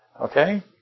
Okay